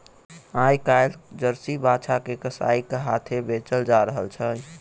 आइ काल्हि जर्सी बाछा के कसाइक हाथेँ बेचल जा रहल छै